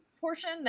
portion